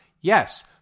Yes